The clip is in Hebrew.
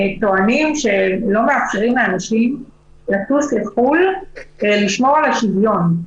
טוענים שלא מאפשרים לאנשים לטוס לחו"ל כדי לשמור על השוויון.